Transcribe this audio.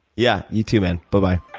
yeah, you too, man. bye-bye.